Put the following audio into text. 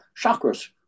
chakras